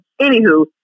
Anywho